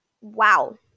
wow